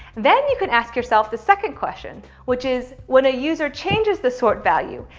then you can ask yourself the second question. which is, when a user changes the sort value,